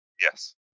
Yes